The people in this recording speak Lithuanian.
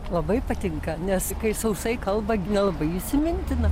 labai patinka nes kai sausai kalba gi nelabai įsimintina